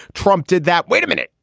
trump did that. wait a minute.